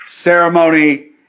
ceremony